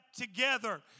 together